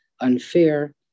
unfair